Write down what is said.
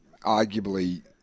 arguably